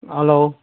hello